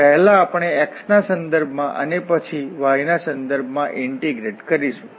અને પહેલા આપણે x ના સંદર્ભમાં અને પછી y ના સંદર્ભમાં ઇન્ટિગ્રેટ કરીશું